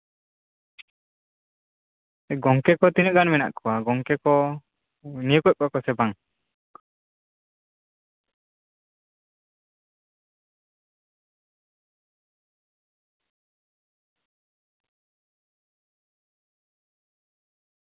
ᱜᱚᱝᱠᱮ ᱠᱚ ᱛᱤᱱᱟᱹᱜ ᱜᱟᱱ ᱢᱮᱱᱟᱜ ᱠᱚᱣᱟ ᱜᱚᱝᱠᱮ ᱠᱚ ᱱᱤᱭᱳᱜᱽ ᱮᱫ ᱠᱚᱣᱟ ᱠᱚ ᱥᱮ ᱵᱟᱝ